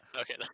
Okay